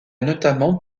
notamment